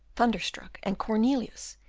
thunderstruck, and cornelius,